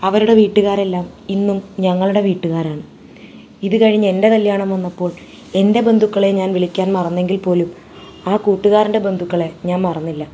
അവരുടെ വീട്ടുകാരെല്ലാം ഇന്നും ഞങ്ങളുടെ വീട്ടുകാരാണ് ഇതുകഴിഞ്ഞ് എൻ്റെ കല്യാണം വന്നപ്പോൾ എൻ്റെ ബന്ധുക്കളേയും ഞാൻ വിളിക്കാൻ മറന്നെങ്കിൽ പോലും ആ കൂട്ടുകാരൻ്റെ ബന്ധുക്കളെ ഞാൻ മറന്നില്ല